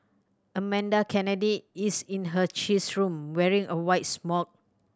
Amanda Kennedy is in her cheese room wearing a white smock